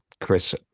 Chris